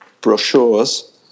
brochures